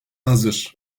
hazır